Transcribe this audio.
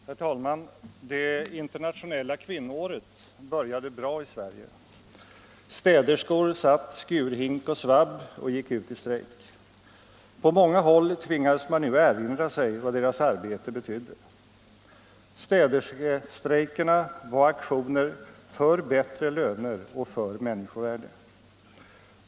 Herr talman! Det internationella kvinnoåret började bra i Sverige. Städerskor satte undan skurhink och svabb och gick ut i strejk. På många håll tvingades man nu erinra sig vad deras arbete betydde. Städerskestrejkerna var aktioner för bättre löner och för människovärde.